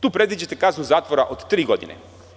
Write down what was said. Tu predviđate kaznu zatvora od tri godine.